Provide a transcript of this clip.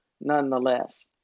nonetheless